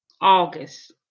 August